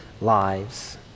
lives